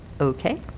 okay